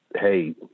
hey